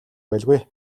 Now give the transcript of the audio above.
байлгүй